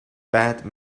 bat